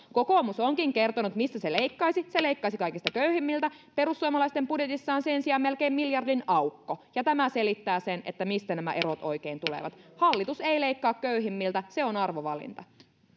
kokoomus onkin kertonut mistä se leikkaisi se leikkaisi kaikista köyhimmiltä perussuomalaisten budjetissa on sen sijaan melkein miljardin aukko tämä selittää mistä nämä erot oikein tulevat hallitus ei leikkaa köyhimmiltä se on arvovalinta